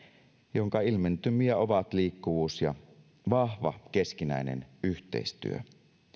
jonka ilmentymiä ovat liikkuvuus ja vahva keskinäinen yhteistyö